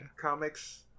comics